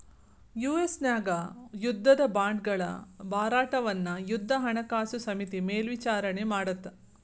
US ನ್ಯಾಗ ಯುದ್ಧದ ಬಾಂಡ್ಗಳ ಮಾರಾಟವನ್ನ ಯುದ್ಧ ಹಣಕಾಸು ಸಮಿತಿ ಮೇಲ್ವಿಚಾರಣಿ ಮಾಡತ್ತ